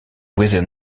within